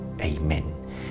Amen